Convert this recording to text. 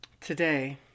Today